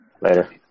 Later